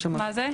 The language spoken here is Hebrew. וכולי?